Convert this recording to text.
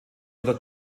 oder